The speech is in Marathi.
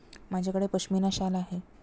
माझ्याकडे पश्मीना शाल आहे